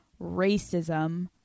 racism